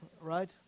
Right